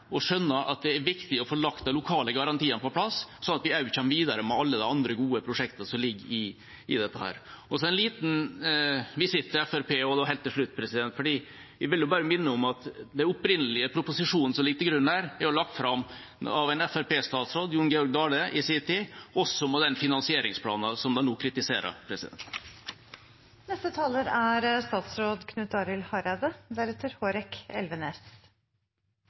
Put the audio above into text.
og skjønner at det er viktig å få lagt de lokale garantiene på plass sånn at vi kommer videre med alle de andre gode prosjektene som ligger i dette. Så en liten visitt til Fremskrittspartiet helt til slutt. Jeg vil bare minne om at den opprinnelige proposisjonen som ligger til grunn her, er lagt fram av en Fremskrittsparti-statsråd, Jon Georg Dale, i sin tid – også med den finansieringsplanen som de nå kritiserer. Eg synest dette er